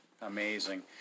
Amazing